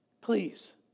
Please